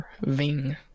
Ving